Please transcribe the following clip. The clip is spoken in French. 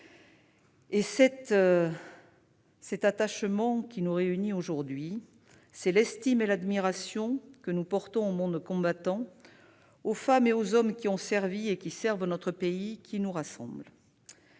cet attachement qui nous réunit aujourd'hui. C'est l'estime et l'admiration que nous portons au monde combattant, aux femmes et aux hommes qui ont servi et qui servent notre pays, qui nous rassemblent.